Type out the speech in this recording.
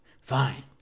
fine